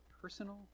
personal